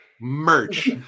Merch